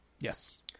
Yes